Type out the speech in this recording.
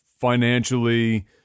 financially